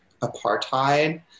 apartheid